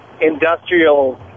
industrial